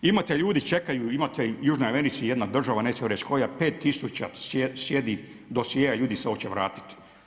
Imate ljudi čekaju, imate u Južnoj Americi jedna država, neću reći koja 5000, sjedi, dosjea ljudi se hoće vratiti.